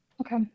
Okay